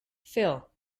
phil